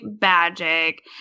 magic